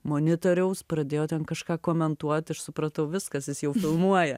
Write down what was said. monitoriaus pradėjo ten kažką komentuot aš supratau viskas jis jau filmuoja